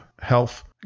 health